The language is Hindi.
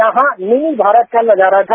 यहां न्यू भारत का नजारा था